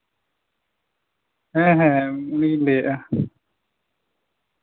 ᱦᱮᱸ ᱦᱮᱸ ᱩᱱᱤᱜᱤᱧ ᱞᱟᱹᱭᱮᱫᱼᱟ